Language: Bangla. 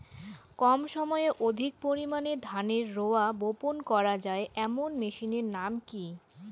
কম সময়ে অধিক পরিমাণে ধানের রোয়া বপন করা য়ায় এমন মেশিনের নাম কি?